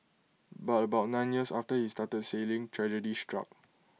but about nine years after he started sailing tragedy struck